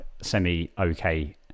semi-okay